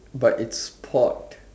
but it's sport